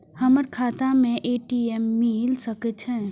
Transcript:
हमर खाता में ए.टी.एम मिल सके छै?